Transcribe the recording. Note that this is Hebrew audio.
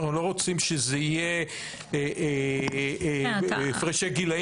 אנחנו לא רוצים שזה יהיה הפרשי גילאים?